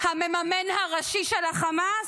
המממן הראשי של החמאס?